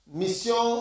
mission